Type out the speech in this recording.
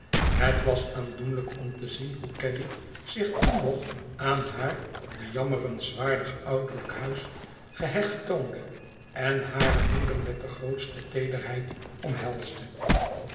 het was aandoenlijk om te zien hoe caddy zich toen nog aan haar bejammerenswaardig ouderlijk huis gehecht toonde en hare moeder met de grootste teederheid omhelsde